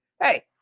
Hey